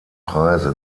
preise